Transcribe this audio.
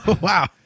Wow